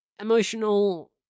Emotional